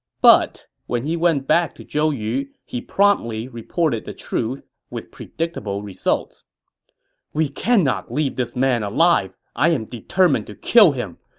but when he went back to zhou yu, he promptly reported the truth, with predictable results we cannot leave this man alive! i am determined to kill him!